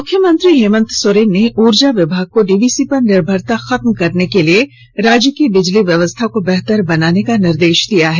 मुख्यमंत्री हेमंत सोरेन ने उर्जा विभाग को डीवीसी पर निर्भरता खत्म करने के लिए राज्य की बिजली व्यवस्था को बेहतर बनाने का निर्देश दिया है